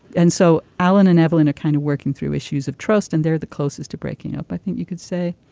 and so alan and evelyn a kind of working through issues of trust and they're the closest to breaking up i think you could say.